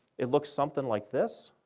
it looks something like this.